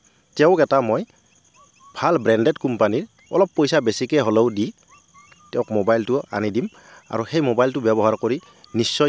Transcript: তেওঁক এটা মই ভাল ব্ৰেন্ডেড কোম্পানী অলপ পইছা বেছিকে হ'লেও দি তেওঁক মোবাইলটো আনি দিম আৰু সেই মোবাইলটো ব্য়ৱহাৰ কৰি নিশ্চয় তেওঁ